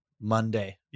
Monday